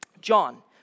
John